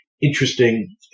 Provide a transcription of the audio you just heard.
interesting